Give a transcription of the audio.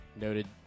Noted